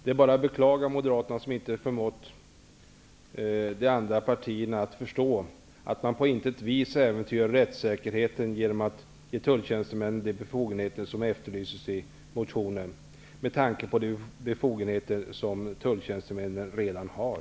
Det är också beklagligt att Moderaterna inte förmår att få de andra partierna att förstå att man på intet vis äventyrar rättssäkerheten genom att ge tulltjänstemännen de befogenheter som efterlyses i motionen. Detta sagt med tanke på de befogenheter som tulltjänstemännen redan har.